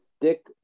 Dick